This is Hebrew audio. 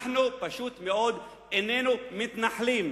אנחנו פשוט מאוד איננו מתנחלים.